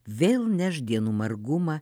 vėl neš dienų margumą